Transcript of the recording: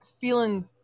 feeling